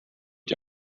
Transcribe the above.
die